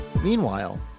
Meanwhile